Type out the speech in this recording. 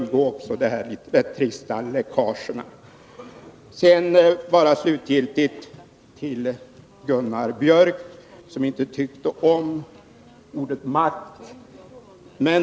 Då skulle man också undgå dessa litet trista läckage. Gunnar Biörck i Värmdö tyckte inte om ordet makt.